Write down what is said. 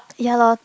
ya loh